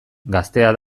gaztea